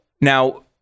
now